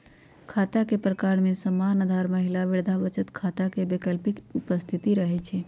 खता के प्रकार में सामान्य, आधार, महिला, वृद्धा बचत खता के विकल्प उपस्थित रहै छइ